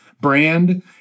brand